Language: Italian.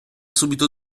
subito